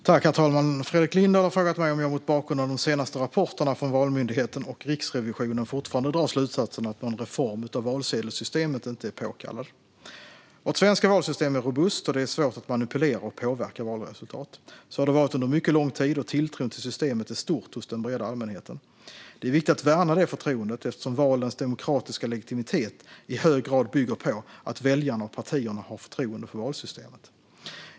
Herr talman! har frågat mig om jag mot bakgrund av de senaste rapporterna från Valmyndigheten och Riksrevisionen fortfarande drar slutsatsen att någon reform av valsedelssystemet inte är påkallad. Vårt svenska valsystem är robust, och det är svårt att manipulera och påverka valresultat. Så har det varit under mycket lång tid, och tilltron till systemet är stor hos den breda allmänheten. Det är viktigt att värna det förtroendet eftersom valens demokratiska legitimitet i hög grad bygger på att väljarna och partierna har förtroende för valsystemet.